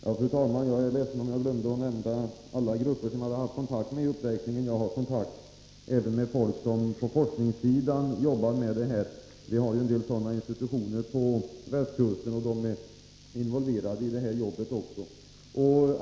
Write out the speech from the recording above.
Fru talman! Jag är ledsen om jag glömde att i uppräkningen nämna alla grupper som jag har haft kontakt med. Jag har haft kontakt även med personer som på forskningssidan arbetar med detta. Vi har en del sådana institutioner på västkusten, och de är involverade i det här jobbet.